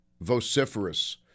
vociferous